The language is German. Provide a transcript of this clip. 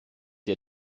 der